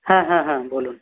হ্যাঁ হ্যাঁ হ্যাঁ বলুন